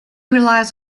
relies